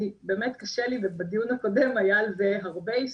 באמת קשה לי ובדיון הקודם היה על זה הרבה עיסוק,